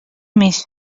més